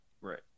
right